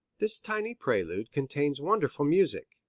this tiny prelude contains wonderful music.